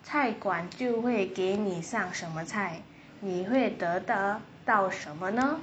菜馆就会给你上什么菜你会的得到什么呢